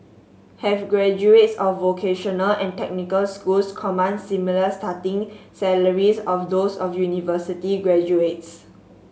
have graduates of vocational and technical schools command similar starting salaries of those of university graduates